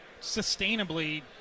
sustainably